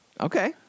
Okay